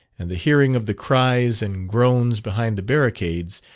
and the hearing of the cries and groans behind the barricades,